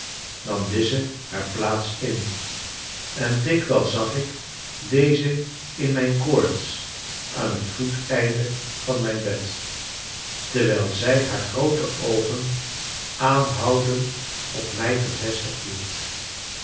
nam lize haar plaats in en dikwijls zag ik deze in mijn koorts aan het voeteinde van mijn bed terwijl zij haar groote oogen aanhoudend op mij gevestigd hield